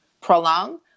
prolong